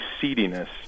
seediness